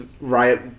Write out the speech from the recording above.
Riot